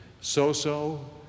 so-so